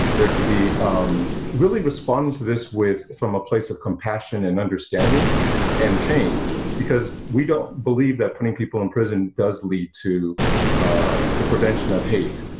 there to be really responding to this with from a place of compassion and understanding and change, because we don't believe that putting people in prison does lead to the prevention of hate,